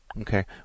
Okay